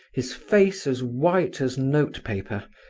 his face as white as note-paper.